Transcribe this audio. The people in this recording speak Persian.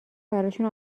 براشون